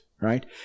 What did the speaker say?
right